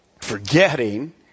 forgetting